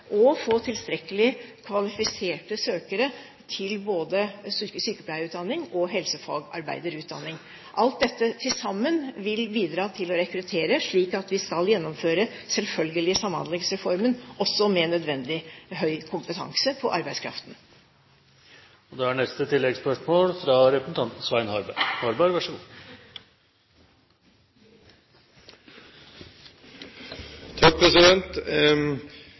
og få tilstrekkelig kvalifiserte søkere til både sykepleierutdanning og helsefagarbeiderutdanning. Alt dette til sammen vil bidra til å rekruttere, slik at vi kan – selvfølgelig – gjennomføre Samhandlingsreformen også med nødvendig høy kompetanse på